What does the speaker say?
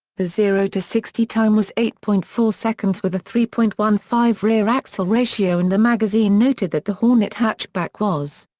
the zero sixty time was eight point four seconds with a three point one five rear axle ratio and the magazine noted that the hornet hatchback was.